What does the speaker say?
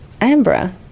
Amber